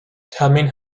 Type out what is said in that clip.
coming